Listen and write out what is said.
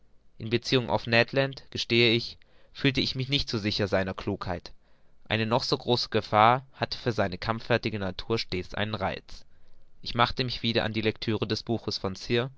in beziehung auf ned land gestehe ich fühlte ich mich nicht so sicher seiner klugheit eine noch so große gefahr hatte für seine kampffertige natur stets einen reiz ich machte mich wieder an die lectüre des buches von